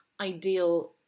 ideal